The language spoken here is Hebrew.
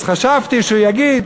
אז חשבתי שהוא יגיד,